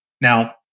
Now